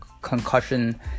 concussion